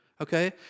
Okay